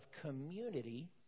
community